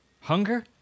Hunger